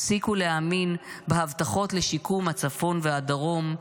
הפסיקו להאמין בהבטחות לשיקום הצפון והדרום.